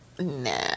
Nah